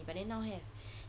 but then now have